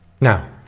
Now